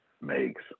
makes